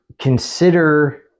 consider